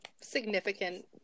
significant